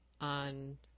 on